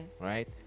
right